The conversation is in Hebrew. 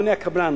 אדוני הקבלן,